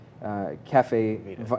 Cafe